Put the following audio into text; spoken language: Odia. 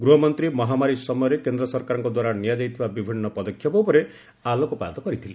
ଗୃହମନ୍ତ୍ରୀ ମହାମାରୀ ସମୟରେ କେନ୍ଦ୍ର ସରକାରଙ୍କ ଦ୍ୱାରା ନିଆଯାଇଥିବା ବିଭିନ୍ନ ପଦକ୍ଷେପ ଉପରେ ଆଲୋକପାତ କରିଥିଲେ